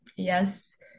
yes